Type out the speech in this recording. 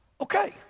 Okay